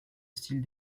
style